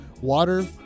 water